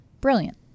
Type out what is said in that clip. brilliant